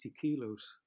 kilos